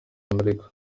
amerika